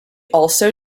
also